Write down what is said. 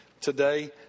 Today